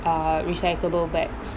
err recyclable bags